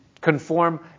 conform